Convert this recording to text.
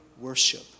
worship